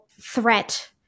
threat